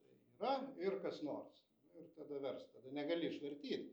tai yra ir kas nors ir tada versk tada negali išvartyt